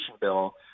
bill